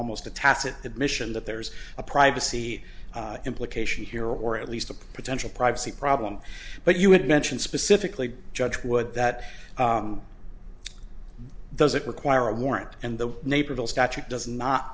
almost a tacit admission that there's a privacy implication here or at least a potential privacy problem but you had mentioned specifically judge would that does it require a warrant and the